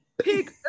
Pick